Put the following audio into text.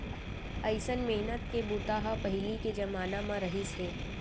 अइसन मेहनत के बूता ह पहिली के जमाना म रहिस हे